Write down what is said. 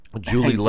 Julie